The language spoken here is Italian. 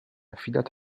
affidata